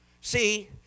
See